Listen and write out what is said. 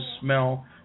smell